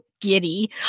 giddy